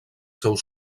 seus